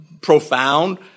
profound